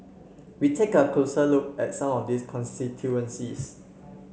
we take a closer look at some of these constituencies